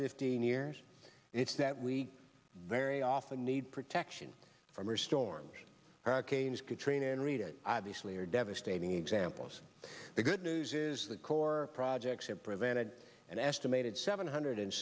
fifteen years it's that we very often need protection from or storms hurricanes katrina and rita obviously are devastating examples the good news is that corps projects have prevented an estimated seven hundred